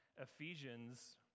Ephesians